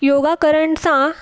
योगा करण सां